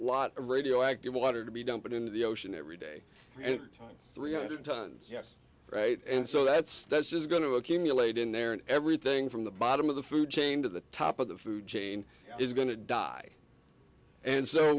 of radioactive water to be dumped into the ocean every day time three hundred tons yes right and so that's that's just going to accumulate in there and everything from the bottom of the food chain to the top of the food chain is going to die and so